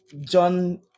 John